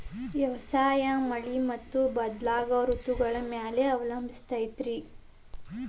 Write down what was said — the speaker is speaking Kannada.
ವ್ಯವಸಾಯ ಮಳಿ ಮತ್ತು ಬದಲಾಗೋ ಋತುಗಳ ಮ್ಯಾಲೆ ಅವಲಂಬಿಸೈತ್ರಿ